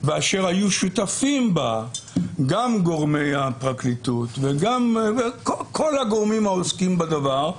ואשר היו שותפים בה גם גורמי הפרקליטות וכל הגורמים העוסקים בדבר,